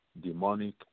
Demonic